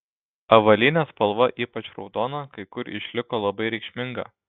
avalynės spalva ypač raudona kai kur išliko labai reikšminga